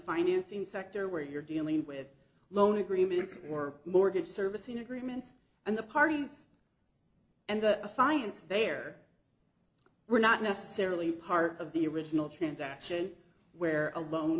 financing sector where you're dealing with loan agreements or mortgage servicing agreements and the parties and the finance there were not necessarily part of the original transaction where a lo